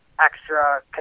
extra